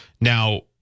Now